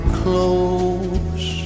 close